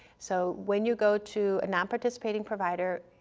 so when you go to a nonparticipating provider,